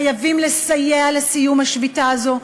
חייבים לסייע לסיום השביתה הזאת,